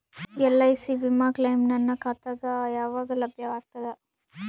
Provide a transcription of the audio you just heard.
LIC ವಿಮಾ claim ನನ್ನ ಖಾತಾಗ ಯಾವಾಗ ಲಭ್ಯವಾಗತದ?